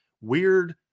weird